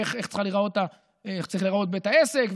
איך צריך להיראות בית העסק,